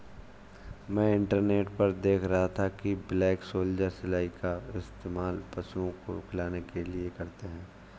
मैं इंटरनेट पर देख रहा था कि ब्लैक सोल्जर सिलाई का इस्तेमाल पशुओं को खिलाने के लिए करते हैं